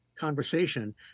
conversation